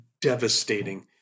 Devastating